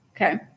Okay